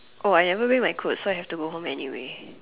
I never bring my clothes so I have to go home anyway